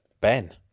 Ben